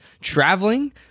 Traveling